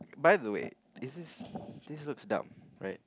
by the way is this this looks dumb right